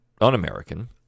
un-American